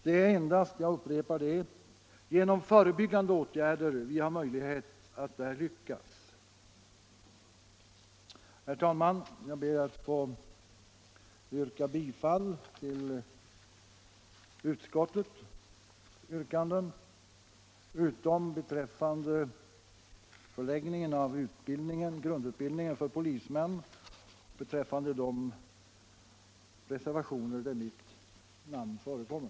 Det är endast — jag upprepar det — genom förebyggande åtgärder som vi har möjligheter att lyckas. Herr talman! Jag ber att få yrka bifall till utskottets hemställan utom beträffande förläggningen av grundutbildningen för polismän, beträffande vilken jag yrkar bifall till motionen 400 yrkande 1 b, vilket även innebär bifall till motionen 1062 yrkande 3. I övrigt yrkar jag bifall till de reservationer där mitt namn förekommer.